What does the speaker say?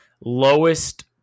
lowest